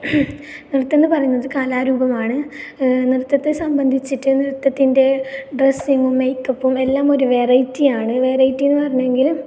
നൃത്തം എന്ന് പറയുന്നത് കലാരൂപമാണ് നൃത്തത്തെ സംബന്ധിച്ചിട്ട് നൃത്തത്തിൻ്റെ ഡ്രെസ്സിംഗും മേക്കപ്പും എല്ലാം ഒരു വെറൈറ്റിയാണ് വെറൈറ്റി എന്ന് പറഞ്ഞെങ്കിൽ